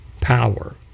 power